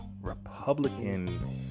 Republican